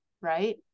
right